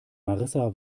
marissa